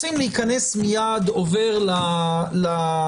רוצים להיכנס מייד עובר לאירוע,